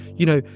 you know,